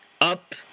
up